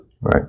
Right